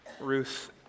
Ruth